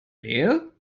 nähe